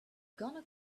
gonna